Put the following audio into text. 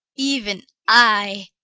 even i!